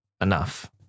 enough